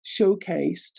showcased